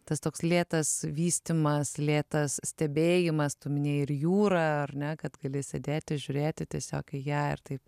tas toks lėtas vystymas lėtas stebėjimas tu minėjai ir jūra ar ne kad gali sėdėti žiūrėti tiesiog į ją ir taip